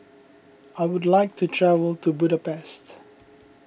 I would like to travel to Budapest